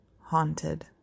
haunted